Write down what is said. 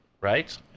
right